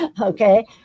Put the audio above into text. okay